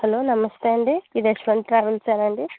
hello నమస్తే అండి ఇది యశ్వంత్ ట్రావెల్సేనా అండి